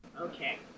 Okay